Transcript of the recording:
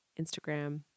Instagram